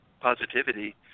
positivity